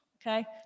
okay